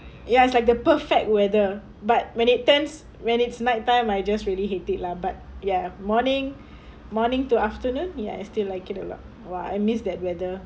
ya it's like the perfect weather but when it turns when it's night time I just really hate it lah but ya morning morning to afternoon ya I still like it lot !wah! I miss that weather